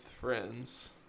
friends